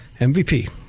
MVP